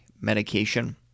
medication